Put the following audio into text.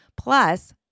plus